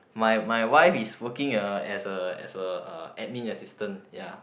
my my wife is working uh as a as a uh admin assistant ya